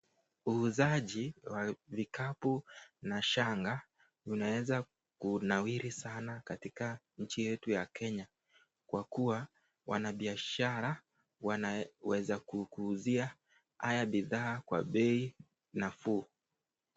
Uuzaji wa vikapu na shanga unaweza kunawiri sana katika nchi yetu ya Kenya kwa kuwa, wanabiashara wanaweza kukuuzia haya bidhaa kwa bei nafuu.